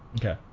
Okay